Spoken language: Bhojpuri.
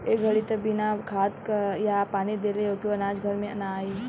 ए घड़ी त बिना खाद आ पानी देले एको अनाज घर में ना आई